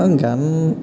গান